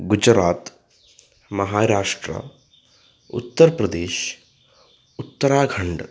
Gujarat Maharashtra Uttar Pradesh Uttarakhand